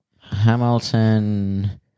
Hamilton